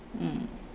mm